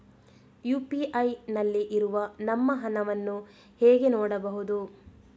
UPI ನಲ್ಲಿ ಇರುವ ನಮ್ಮ ಹಣವನ್ನು ಹೇಗೆ ನೋಡುವುದು?